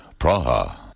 Praha